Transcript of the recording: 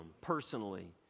personally